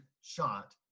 shot